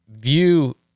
view